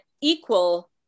equal